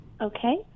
Okay